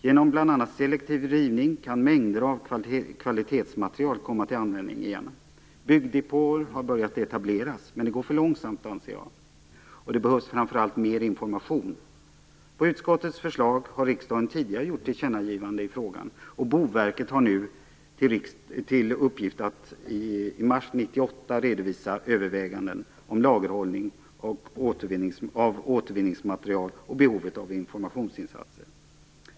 Genom bl.a. selektiv rivning kan mängder av kvalitetsmaterial komma till användning igen. Byggdepåer har börjat etableras, men det går för långsamt, anser jag, och det behövs framför allt mer information. På utskottets förslag har riksdagen tidigare gjort tillkännagivande i frågan, och Boverket har nu i uppgift att till mars 1998 redovisa överväganden om lagerhållning av återvinningsmaterial och behovet av informationsinsatser.